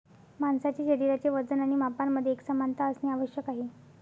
माणसाचे शरीराचे वजन आणि मापांमध्ये एकसमानता असणे आवश्यक आहे